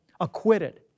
acquitted